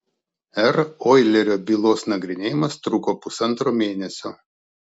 r oilerio bylos nagrinėjimas truko pusantro mėnesio